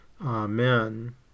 Amen